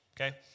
Okay